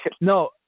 No